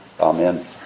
Amen